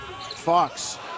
Fox